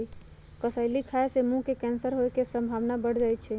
कसेली खाय से मुंह के कैंसर होय के संभावना बढ़ जाइ छइ